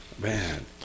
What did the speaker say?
Man